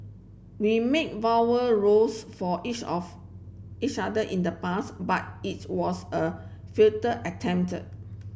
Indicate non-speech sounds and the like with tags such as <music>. we made <unintelligible> for each of each other in the past but its was a <unintelligible> attempted